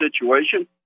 situation